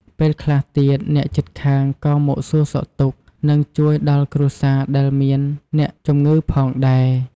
ពេលខ្លះទៀត អ្នកជិតខាងក៏មកសួរសុខទុក្ខ និងជួយដល់គ្រួសារដែលមានអ្នកជម្ងឺផងដែរ។